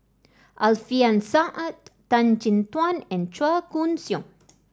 Alfian Sa'at Tan Chin Tuan and Chua Koon Siong